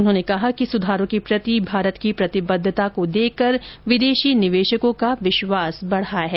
उन्होंने कहा कि सुधारो के प्रति भारत की प्रतिबद्धता को देखकर विदेशी निवेशको का विश्वास बढा है